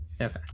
Okay